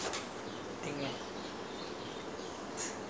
there lah I never went to school to learn I learnt from